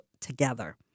together